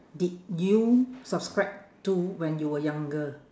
did you subscribe to when you were younger